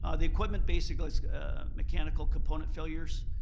ah the equipment basically mechanical component failures,